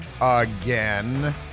again